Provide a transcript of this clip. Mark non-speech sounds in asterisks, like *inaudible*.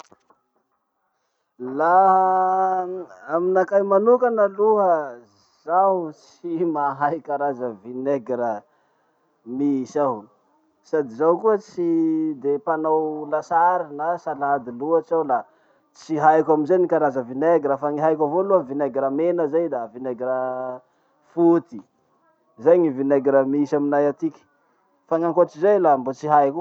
*noise* Laha aminakahy manokana aloha zaho tsy mahay karaza vinaigre misy aho. Sady zaho koa tsy de mpanao lasary na salady loatsy aho la tsy haiko amizay ny karaza vinaigre. Fa ny haiko avao aloha vinaigre mena zay da vinaigre *hesitation* foty. Zay gny vinaigre misy amianay atiky. Fa gn'ankoats'izay la mbo tsy haiko.